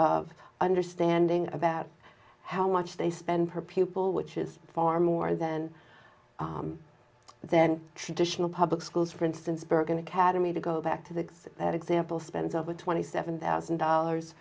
of understanding about how much they spend per pupil which is far more than then traditional public schools for instance bergen academy to go back to the that example spends over twenty seven thousand dollars